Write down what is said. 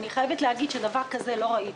אני חייבת להגיד שדבר כזה לא ראיתי.